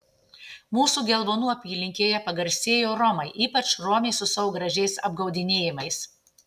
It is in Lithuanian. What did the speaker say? mūsų gelvonų apylinkėje pagarsėjo romai ypač romės su savo gražiais apgaudinėjimais